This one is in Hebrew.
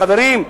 חברים,